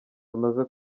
tumaze